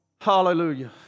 Hallelujah